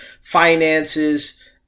finances